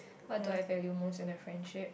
what do I value most in a friendship